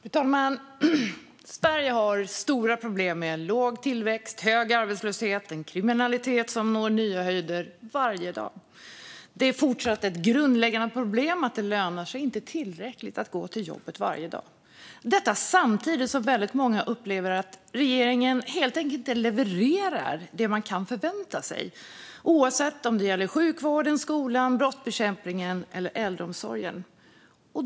Fru talman! Sverige har stora problem med låg tillväxt, hög arbetslöshet och en kriminalitet som når nya höjder varje dag. Det är fortfarande ett grundläggande problem att det inte lönar sig tillräckligt att gå till jobbet varje dag. Samtidigt upplever väldigt många att regeringen helt enkelt inte levererar det man kan förvänta sig, antingen det gäller sjukvården, skolan, brottsbekämpningen eller äldreomsorgen.